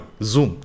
Zoom